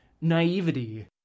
naivety